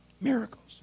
Miracles